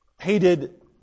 hated